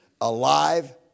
alive